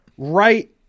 Right